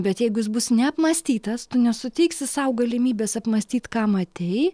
bet jeigu jis bus neapmąstytas tu nesuteiksi sau galimybės apmąstyt ką matei